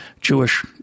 Jewish